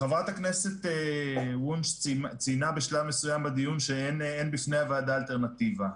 חברת הכנסת וונש ציינה בשלב מסוים בדיון שאין בפני הוועדה אלטרנטיבה.